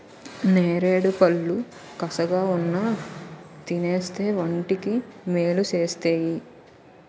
నేరేడుపళ్ళు కసగావున్నా తినేస్తే వంటికి మేలు సేస్తేయ్